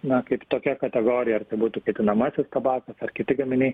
na kaip tokia kategorija ar tai būtų kaitinamasis tabakas ar kiti gaminiai